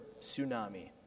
tsunami